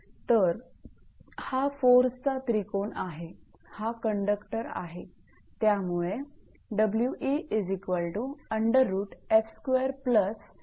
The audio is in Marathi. तर हा फोर्सचा त्रिकोण आहेहा कंडक्टर आहे